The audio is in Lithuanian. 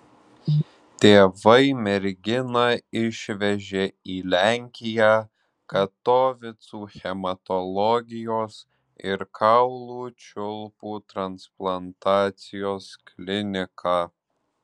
tėvai merginą išvežė į lenkiją katovicų hematologijos ir kaulų čiulpų transplantacijos kliniką